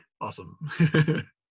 Awesome